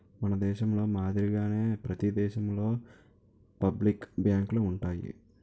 మన దేశంలో మాదిరిగానే ప్రతి దేశంలోనూ పబ్లిక్ బ్యాంకులు ఉంటాయి